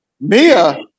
Mia